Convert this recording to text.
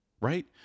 right